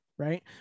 Right